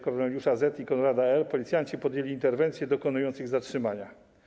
Korneliusza Z. i Konrada L. Policjanci podjęli interwencję, dokonując ich zatrzymania.